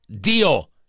deal